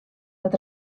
dat